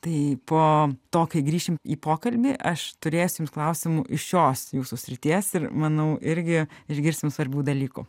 tai po to kai grįšim į pokalbį aš turėsiu jums klausimų iš šios jūsų srities ir manau irgi išgirsim svarbių dalykų